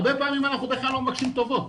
הרבה פעמים אנחנו בכלל לא מבקשים טובות,